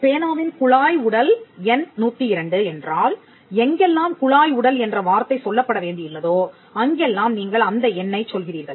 பேனாவின் குழாய் உடல் எண் 102 என்றால் எங்கெல்லாம் குழாய் உடல் என்ற வார்த்தை சொல்லப்பட வேண்டியுள்ளதோ அங்கெல்லாம் நீங்கள் அந்த எண்ணைச் சொல்கிறீர்கள்